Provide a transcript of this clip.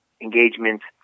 engagements